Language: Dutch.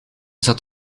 zat